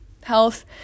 health